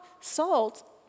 salt